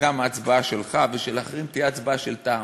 שגם ההצבעה שלך ושל אחרים תהיה הצבעה של טעם.